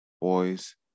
boys